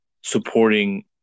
supporting